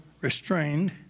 restrained